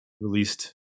released